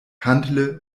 handle